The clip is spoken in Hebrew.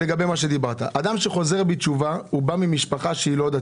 אדם שחוזר בתשובה בא ממשפחה שהיא לא דתית,